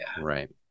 Right